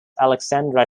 alexandra